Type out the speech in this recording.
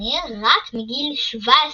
בטורניר רק מגיל 17,